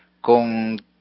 con